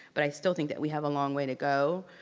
but i still think that we have a long way to go,